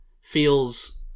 feels